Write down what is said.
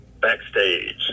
backstage